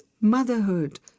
Motherhood